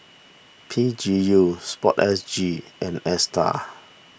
P G U Sport S G and Astar